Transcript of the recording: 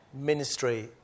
ministry